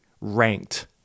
ranked